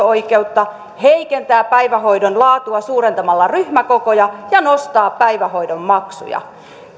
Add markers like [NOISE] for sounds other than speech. [UNINTELLIGIBLE] oikeutta heikentää päivähoidon laatua suurentamalla ryhmäkokoja ja nostaa päivähoidon maksuja